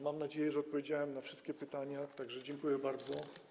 Mam nadzieję, że odpowiedziałem na wszystkie pytania, tak że dziękuję bardzo.